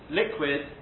liquid